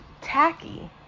tacky